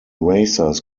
racers